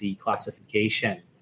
classification